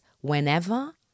whenever